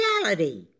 reality